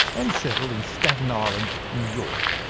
and settled in staten island, new york.